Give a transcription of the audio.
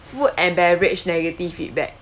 food and beverage negative feedback